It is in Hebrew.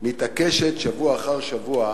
מתעקשת שבוע אחר שבוע